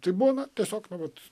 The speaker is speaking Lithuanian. tai būna tiesiog na vat